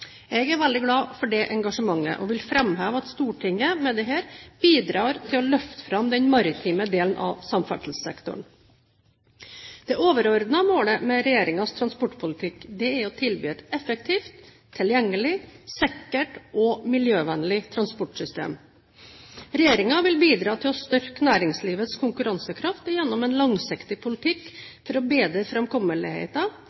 Jeg er veldig glad for det engasjementet og vil framheve at Stortinget med dette bidrar til å løfte fram den maritime delen av samferdselssektoren. Det overordnede målet med regjeringens transportpolitikk er å tilby et effektivt, tilgjengelig, sikkert og miljøvennlig transportsystem. Regjeringen vil bidra til å styrke næringslivets konkurransekraft gjennom en langsiktig